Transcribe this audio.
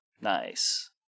Nice